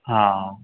हा